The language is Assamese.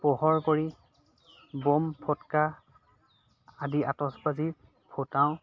পোহৰ কৰি বম ফটকা আদি আটচবাজি ফুটাওঁ